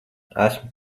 esmu